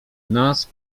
nas